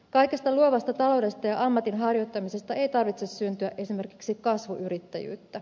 kaikesta luovasta taloudesta ja ammatin harjoittamisesta ei tarvitse syntyä esimerkiksi kasvuyrittäjyyttä